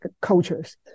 cultures